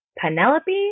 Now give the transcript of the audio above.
Penelope